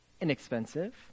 inexpensive